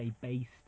based